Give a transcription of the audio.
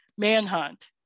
manhunt